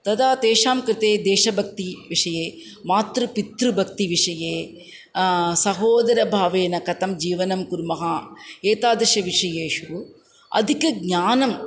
तदा तेषां कृते देशभक्तिविषये मातृ पितृ भक्तिविषये सहोदरभावेन कथं जीवनं कुर्मः एतादृशः विषयेषु अधिकज्ञानम्